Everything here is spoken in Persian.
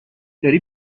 داری